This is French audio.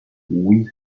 oui